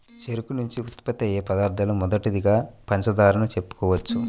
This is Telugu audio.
చెరుకు నుంచి ఉత్పత్తయ్యే పదార్థాలలో మొదటిదిగా పంచదారను చెప్పుకోవచ్చు